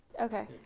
Okay